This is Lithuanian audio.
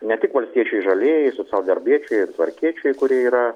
ne tik valstiečiai žalieji socialdarbiečiai ir tvarkiečiai kurie yra